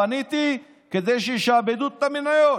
פניתי כדי שישעבדו את המניות,